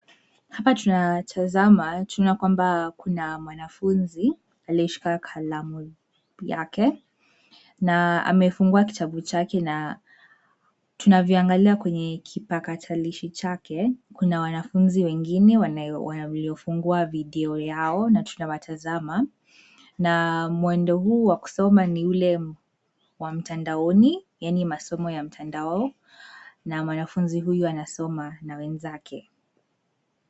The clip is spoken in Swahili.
Hapa tunatazama tuonaona kwamba kuna mwanafunzi aliyeshika kalamu yake na amefungua kitabu chake na tunavyo angalia kwenye kipakatalishi chake, kuna wanafunzi wengine wamefungua video yao na tunawatazama and mwendo huu wa kusoma ni ule wa mtandaoni yaani masomo ya mtandao na mwanafunzi huyu anasoma na wenzake.